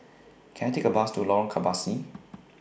Can I Take A Bus to Lorong Kebasi